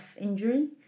injury